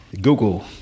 Google